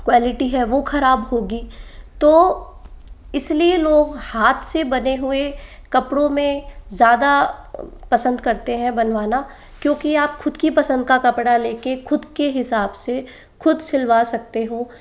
quality है वो खराब होगी तो इसलिए लोग हाथ से बने हुए कपड़ों में ज़्यादा पसंद करते हैं बनवाना क्योंकि आप खुद की पसंद का कपड़ा ले के खुद के हिसाब से खुद सिलवा सकते हो